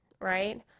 right